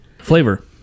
Flavor